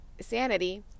sanity